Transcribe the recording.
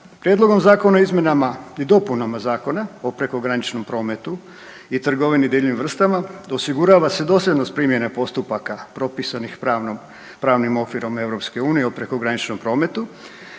Prijedlogom zakona o izmjenama i dopunama Zakona o prekograničnom prometu i trgovini divljim vrstama osigurava se dosljednost primjene postupaka propisanih pravnim okvirom EU o prekograničnom prometu,